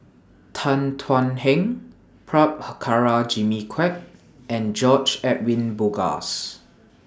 Tan Thuan Heng Prabhakara Jimmy Quek and George Edwin Bogaars